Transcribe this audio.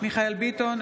מיכאל מרדכי ביטון,